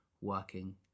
working